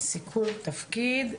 וסיכום תפקיד.